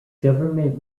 government